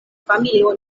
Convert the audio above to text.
familio